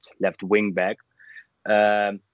left-wing-back